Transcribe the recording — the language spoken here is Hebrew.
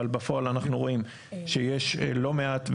אבל בפועל אנחנו רואים שיש לא מעט,